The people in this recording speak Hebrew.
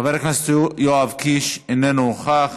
חבר הכנסת יואב קיש, מוותר.